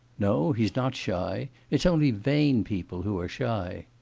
no, he's not shy. it's only vain people who are shy